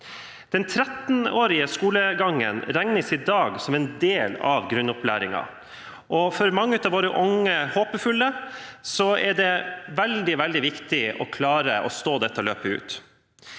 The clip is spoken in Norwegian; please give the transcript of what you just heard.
Den 13-årige skolegangen regnes i dag som en del av grunnopplæringen, og for mange av våre unge og håpefulle er det veldig viktig å klare å stå dette løpet ut.